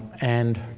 and